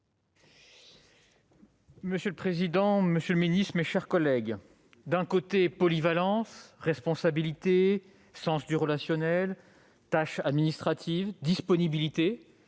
Monsieur le président, monsieur le ministre, mes chers collègues, d'un côté, « polyvalence »,« responsabilité »,« sens du relationnel »,« tâches administratives »,« disponibilité